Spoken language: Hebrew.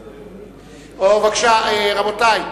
רבותי,